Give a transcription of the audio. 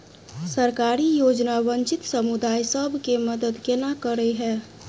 सरकारी योजना वंचित समुदाय सब केँ मदद केना करे है?